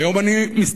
והיום אני מסתכל